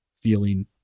feeling